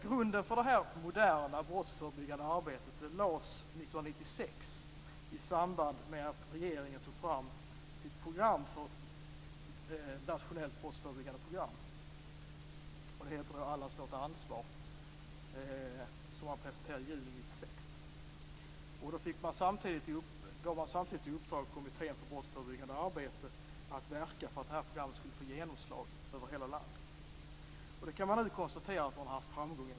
Grunden för det här moderna brottsförebyggande arbetet lades 1996 i samband med att regeringen tog fram sitt program för nationellt brottsförebyggande. Det heter Allas vårt ansvar och presenterades i juni 1996. Samtidigt gav man i uppdrag åt Kommittén för brottsförebyggande arbete att verka för att det här programmet skulle få genomslag över hela landet. Det har, kan man nu konstatera, blivit en framgång.